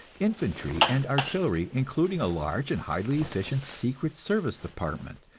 infantry and artillery, including a large and highly efficient secret service department,